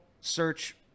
search